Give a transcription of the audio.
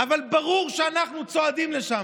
אבל ברור שאנחנו צועדים לשם,